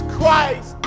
Christ